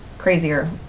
crazier